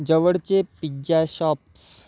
जवळचे pizza shops